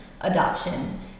adoption